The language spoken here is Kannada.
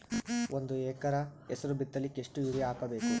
ಒಂದ್ ಎಕರ ಹೆಸರು ಬಿತ್ತಲಿಕ ಎಷ್ಟು ಯೂರಿಯ ಹಾಕಬೇಕು?